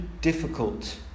difficult